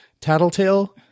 tattletale